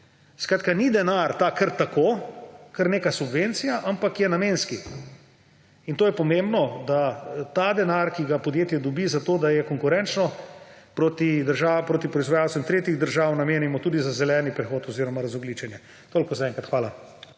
Skratka, ni ta denar kar tako kar neka subvencija, ampak je namenski in to je pomembno, da ta denar, ki ga podjetje dobi za to, da je konkurenčno proti proizvajalcem tretjih držav, namenimo tudi za zeleni prehod oziroma razogljičenje. Toliko zaenkrat. Hvala.